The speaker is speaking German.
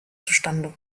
zustande